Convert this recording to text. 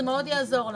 זה מאוד יעזור לנו.